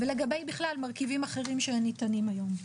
ולגבי בכלל מרכיבים אחרים שניתנים היום.